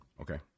okay